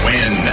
Win